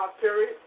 period